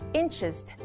interest